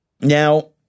Now